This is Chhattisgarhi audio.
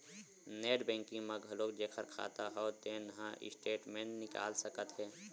नेट बैंकिंग म घलोक जेखर खाता हव तेन ह स्टेटमेंट निकाल सकत हे